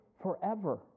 forever